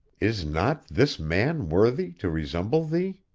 is not this man worthy to resemble thee